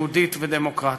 יהודית ודמוקרטית.